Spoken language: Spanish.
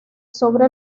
sobre